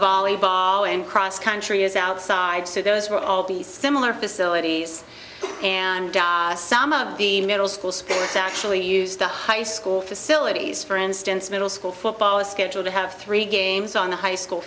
volleyball and cross country as outside so those were all the similar facilities and some of the middle school sports actually use the high school facilities for instance middle school football is scheduled to have three games on the high school